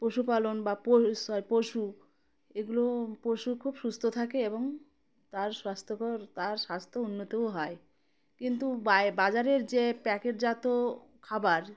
পশুপালন বা প সরি পশু এগুলো পশু খুব সুস্থ থাকে এবং তার স্বাস্থ্যকর তার স্বাস্থ্য উন্নতও হয় কিন্তু বাজারের যে প্যাকেটজাত খাবার